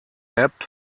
app